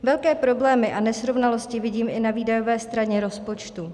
Velké problémy a nesrovnalosti vidím i na výdajové straně rozpočtu.